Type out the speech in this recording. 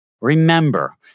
remember